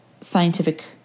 scientific